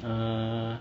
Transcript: err